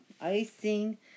icing